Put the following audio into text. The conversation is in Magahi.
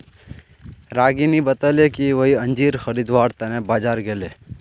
रागिनी बताले कि वई अंजीर खरीदवार त न बाजार गेले